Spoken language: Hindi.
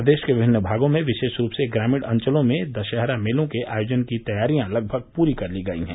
प्रदेश के विभिन्न भागों में विशेष रूप से ग्रामीण अंचलों में दशहरा मेलो के आयोजन की तैयारियां लगभग पूरी कर ली गयी हैं